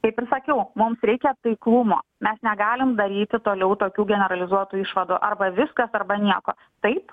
kaip ir sakiau mums reikia taiklumo mes negalim daryti toliau tokių generalizuotų išvadų arba viskas arba nieko taip